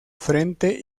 frente